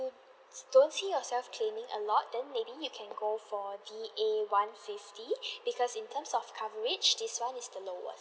don't see yourself claiming a lot then maybe you can go for D_A one fifty because in terms of coverage this one is the lowest